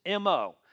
MO